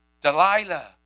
Delilah